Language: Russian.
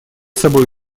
собой